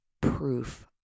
proof